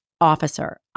officer